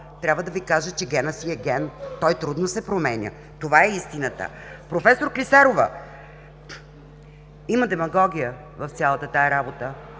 трябва да Ви кажа, че генът си е ген. Той трудно се променя. Това е истината! Професор Клисарова, има демагогия в цялата тази работа.